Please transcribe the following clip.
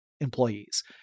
employees